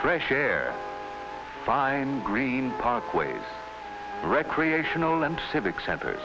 fresh air find green parkways recreational and civic center